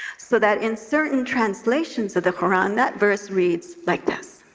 so that in certain translations of the quran, that verse reads like this